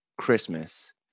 Christmas